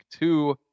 two